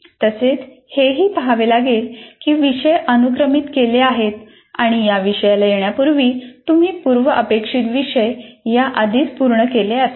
तसेच हेही पहावे लागेल की विषय अनुक्रमित केले आहेत आणि या विषयाला येण्यापूर्वी तुम्ही पूर्व अपेक्षित विषय आधीच पूर्ण केले असावेत